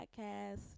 Podcast